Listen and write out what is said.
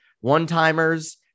one-timers